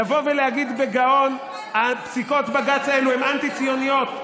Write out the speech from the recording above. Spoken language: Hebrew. לבוא ולהגיד בגאון שפסיקות בג"ץ האלה הן אנטי-ציוניות.